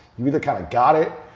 you either kind of got it,